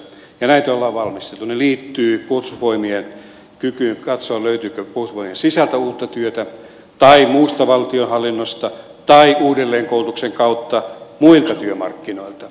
ne liit tyvät puolustusvoimien kykyyn katsoa löytyykö puolustusvoimien sisältä uutta työtä tai muusta valtionhallinnosta tai uudelleenkoulutuksen kautta muilta työmarkkinoilta